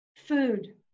Food